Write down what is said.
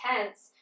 intense